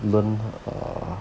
learn err